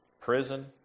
prison